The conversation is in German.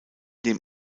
dem